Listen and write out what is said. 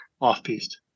off-piste